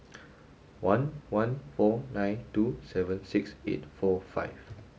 one one four nine two seven six eight four five